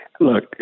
Look